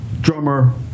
drummer